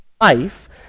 life